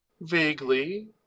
vaguely